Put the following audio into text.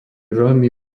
veľmi